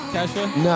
Kesha